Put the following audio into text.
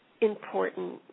important